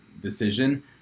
decision